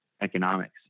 economics